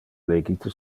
legite